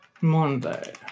Monday